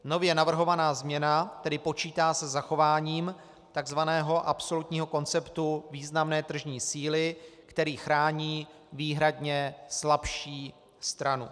Nově navrhovaná změna tedy počítá se zachováním tzv. absolutního konceptu významné tržní síly, který chrání výhradně slabší stranu.